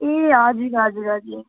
ए हजुर हजुर हजुर